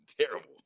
Terrible